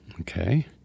okay